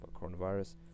coronavirus